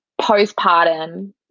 postpartum